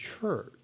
church